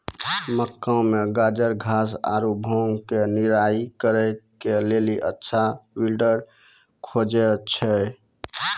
मक्का मे गाजरघास आरु भांग के निराई करे के लेली अच्छा वीडर खोजे छैय?